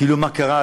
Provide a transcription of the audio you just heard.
כאילו מה קרה,